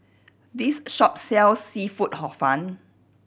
this shop sells seafood Hor Fun